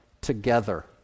together